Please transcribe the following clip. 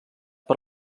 per